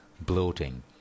bloating